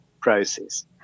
process